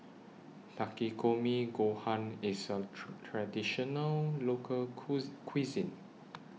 Takikomi Gohan IS A Traditional Local Cuisine